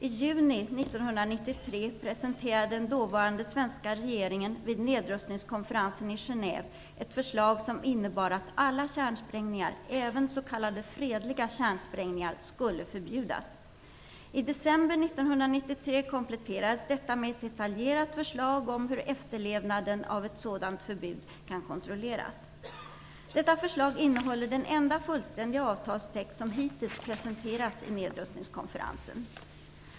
I juni 1993 presenterade den dåvarande svenska regeringen vid nedrustningskonferensen i Genève ett förslag som innebar att alla kärnsprängningar, även s.k. fredliga kärnsprängningar, skulle förbjudas. I december 1993 kompletterades detta med ett detaljerat förslag om hur efterlevnaden av ett sådant förbud kan kontrolleras. Detta förslag innehåller den enda fullständiga avtalstext som hittills presenterats vid nedrustningskonferensen.